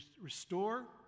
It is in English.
restore